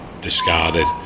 discarded